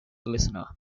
listener